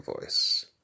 voice